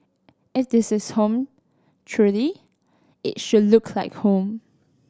it this is home truly it should look like home